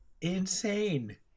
insane